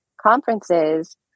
conferences